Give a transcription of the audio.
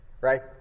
Right